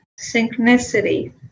synchronicity